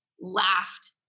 laughed